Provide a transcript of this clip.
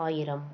ஆயிரம்